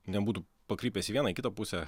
nebūtų pakrypęs į vieną į kitą pusę